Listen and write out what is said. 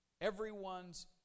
Everyone's